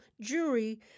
jury